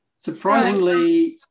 surprisingly